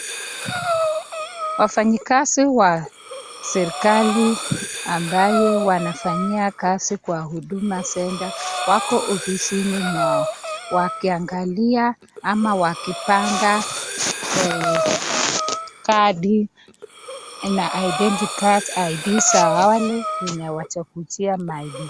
Wafanyikazi wa serikali ambaye wanafanyia kazi kwa Huduma Centre wako ofisini mwao, wakiangalia ama wakipanga card na identity card , ID za wale wenye watakujia ma ID .